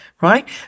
right